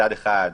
מצד אחד,